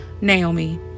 naomi